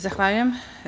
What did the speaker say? Zahvaljujem.